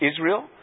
Israel